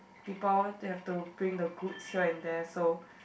people they have to bring the goods here and there so